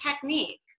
technique